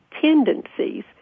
tendencies